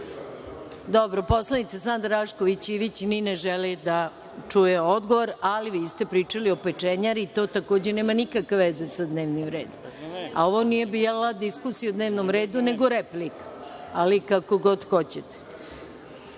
poslanica Sanda Rašković Ivić ni ne želi da čuje odgovor, ali i vi ste pričali o pečenjari i to takođe nema nikakve veze sa dnevnim redom, a ovo nije bila diskusija o dnevnom redu nego replika, ali kako god